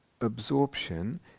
absorption